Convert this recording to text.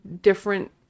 different